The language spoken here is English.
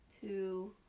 two